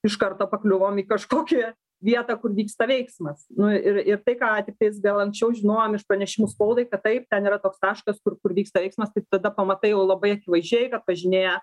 iš karto pakliuvom į kažkokį vietą kur vyksta veiksmas nu ir ir tai ką tiktais gal anksčiau žinojom iš pranešimų spaudai kad taip ten yra toks taškas kur kur vyksta veiksmas tai tada pamatai jau labai akivaizdžiai kad važinėja